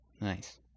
Nice